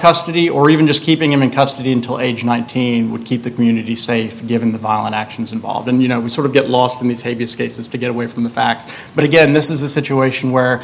custody or even just keeping him in custody until age nineteen would keep the community safe given the violent actions involved in you know we sort of get lost in these hideous cases to get away from the facts but again this is a situation where